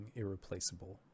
irreplaceable